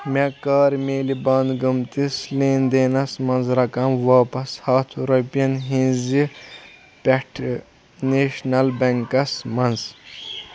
مےٚ کر میلہِ بنٛد گٔمتِس لین دینَس منٛز رَقم واپس ہَتھ رۄپین ہٕنٛزِ پٮ۪ٹھٕ نیشنَل بٮ۪نٛکَس منٛز